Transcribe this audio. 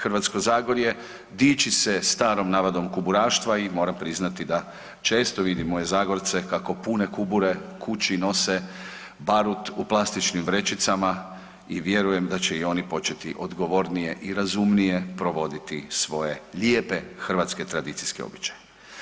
Hrvatsko zagorje diči se starom ... kuburaštva i moram priznati da često vidim moje Zagorce kako pune kubure, kući nose barut u plastičnim vrećicama i vjerujem da će i oni početi odgovornije i razumnije provoditi svoje lijepe hrvatske tradicijske običaje.